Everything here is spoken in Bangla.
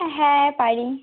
হ্যাঁ পারি